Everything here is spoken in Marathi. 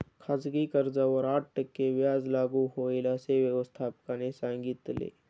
खाजगी कर्जावर आठ टक्के व्याज लागू होईल, असे व्यवस्थापकाने सांगितले